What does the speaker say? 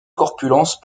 corpulence